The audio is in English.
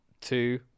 two